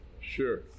Sure